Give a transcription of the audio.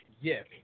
Yes